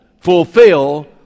fulfill